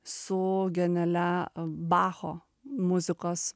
su genialia bacho muzikos